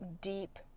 deep